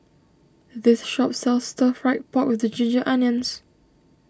this shop sells Stir Fried Pork with Ginger Onions